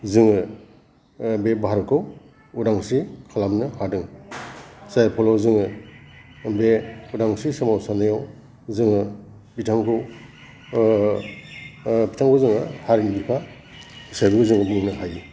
जोङो बे भारतखौ उदांस्रि खालामनो हादों जाय फलआव जोङो बे उदांस्रि सोमावसारनायाव जोङो बिथांखौ बिथांखौ जोङो हारिनि बिफा हिसाबै जोङो बुंनो हायो